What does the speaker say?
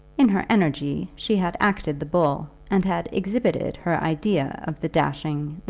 in her energy she had acted the bull, and had exhibited her idea of the dashing,